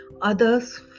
others